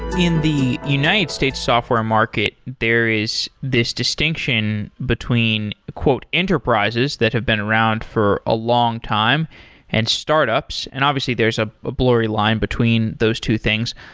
in the united states software market there is this distinction between enterprises that have been around for a long time and startups, and obviously there's a blurry line between those two things.